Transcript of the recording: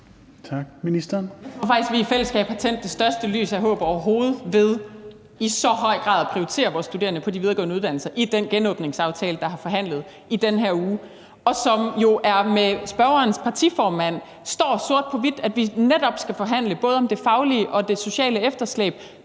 at vi i fællesskab har tændt det største lys af håb overhovedet ved i så høj grad at prioritere vores studerende på de videregående uddannelser i den genåbningsaftale, der er forhandlet i den her uge, og som jo er med spørgerens partiformand – det står sort på hvidt, at vi netop skal forhandle om både det faglige og det sociale efterslæb